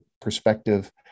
perspective